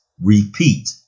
repeat